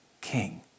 king